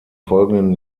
folgenden